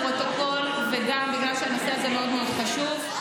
לפרוטוקול, וגם בגלל שהנושא הזה מאוד מאוד חשוב,